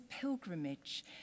pilgrimage